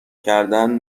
کردن